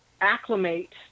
acclimate